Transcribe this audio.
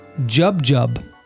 Jub-Jub